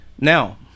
Now